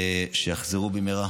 שיחזרו במהרה.